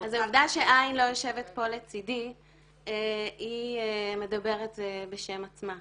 אז העובדה שע' לא יושבת פה לצדי מדברת בשם עצמה.